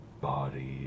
body